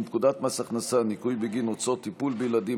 פקודת מס הכנסה (ניכוי בגין הוצאות טיפול בילדים),